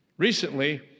Recently